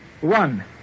One